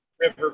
River